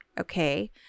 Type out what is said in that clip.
okay